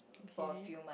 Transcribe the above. okay